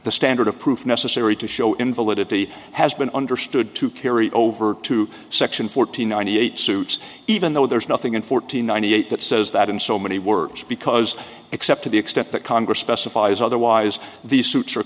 the standard of proof necessary to show in validity has been understood to carry over to section fourteen ninety eight suits even though there's nothing in fourteen ninety eight that says that in so many words because except to the extent that congress specifies otherwise these suits